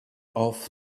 off